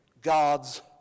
God's